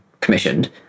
commissioned